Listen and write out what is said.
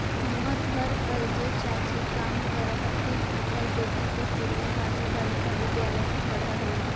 हमर घर पर जे चाची काम करऽ हथिन, उनकर बेटी कस्तूरबा गांधी बालिका विद्यालय में पढ़ऽ हई